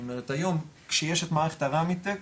זאת אומרת היום כשיש את מערכת הרמיטק,